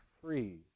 free